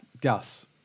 Gus